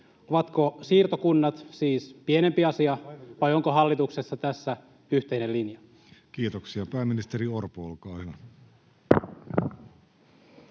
Ovatko siirtokunnat siis pienempi asia, vai onko hallituksessa tässä yhteinen linja? [Speech 44] Speaker: Jussi Halla-aho